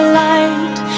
light